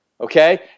okay